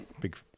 Big